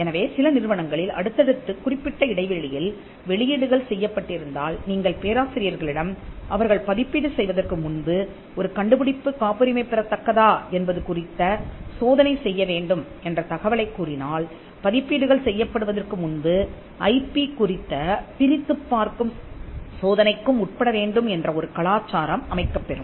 எனவே சில நிறுவனங்களில் அடுத்தடுத்துக் குறிப்பிட்ட இடைவெளியில் வெளியீடுகள் செய்யப்பட்டிருந்தால் நீங்கள் பேராசிரியர்களிடம் அவர்கள் பதிப்பீடு செய்வதற்கு முன்பு ஒரு கண்டுபிடிப்பு காப்புரிமை பெறத் தக்கதா என்பது குறித்த சோதனை செய்ய வேண்டும் என்ற தகவலைக் கூறினால் பதிப்பீடுகள் செய்யப்படுவதற்கு முன்பு ஐபி குறித்த பிரித்துப் பார்க்கும் சோதனைக்கும் உட்பட வேண்டும் என்ற ஒரு கலாச்சாரம் அமைக்கப் பெறும்